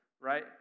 right